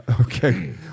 Okay